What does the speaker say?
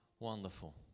Wonderful